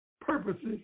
purposes